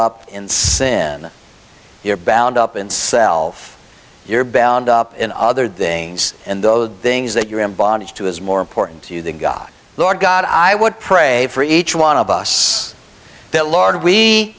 up in sin you're bound up in self you're bound up in other things and those things that you're in bondage to is more important to you than god lord god i would pray for each one of us